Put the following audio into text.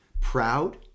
proud